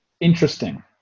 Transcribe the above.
interesting